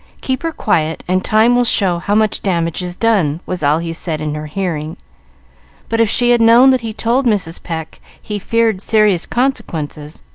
keep her quiet, and time will show how much damage is done, was all he said in her hearing but if she had known that he told mrs. pecq he feared serious consequences,